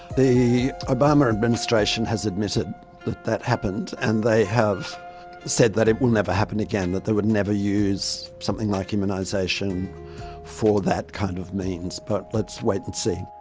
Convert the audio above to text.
the obama administration has admitted that that happened and they have said that it will never happen again, that they would never use something like immunisation for that kind of means. but let's wait and see.